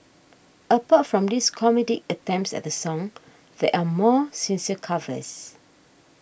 apart from these comedic attempts at the song there are more sincere covers